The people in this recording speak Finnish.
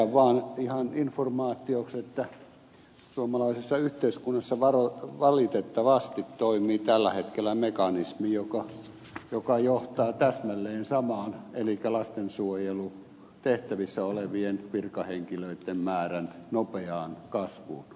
totean vaan ihan informaatioksi että suomalaisessa yhteiskunnassa valitettavasti toimii tällä hetkellä mekanismi joka johtaa täsmälleen samaan elikkä lastensuojelutehtävissä olevien virkahenkilöitten määrän nopeaan kasvuun